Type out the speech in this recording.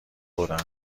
بودن